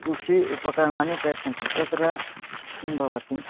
कृषि उपकरणानि प्रयच्छन्ति तत्र किं भवति